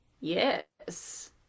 Yes